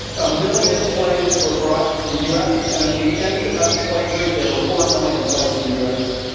a million slaves were brought to the us. and at the end of slavery there were four million slaves in the us.